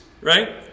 Right